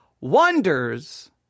wonders